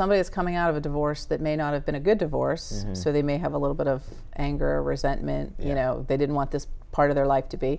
somebody is coming out of a divorce that may not have been a good divorce so they may have a little bit of anger or resentment you know they didn't want this part of their life to be